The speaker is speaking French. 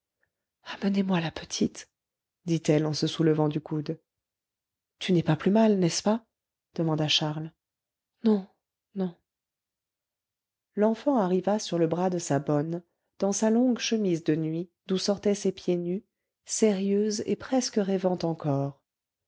amenez-moi la petite dit-elle en se soulevant du coude tu n'es pas plus mal n'est-ce pas demanda charles non non l'enfant arriva sur le bras de sa bonne dans sa longue chemise de nuit d'où sortaient ses pieds nus sérieuse et presque rêvant encore